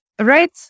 right